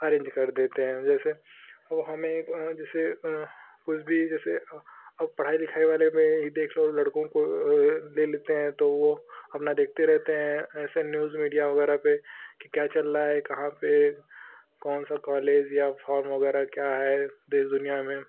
arrange कर देते हैं जैसे वह हमें जैसे कुछ भी जैसे अब पढ़ाई लिखाई वाले में ही देख लो लड़कों को ले लेते हैं तो वह अपना देखते रहते हैं ऐसे न्यूज़ मीडिया वग़ैरह पर कि क्या चल रहा है कहाँ पर कौन सा कॉलेज या फ़ॉर्म वग़ैरह क्या है देश दुनिया में